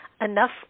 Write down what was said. enough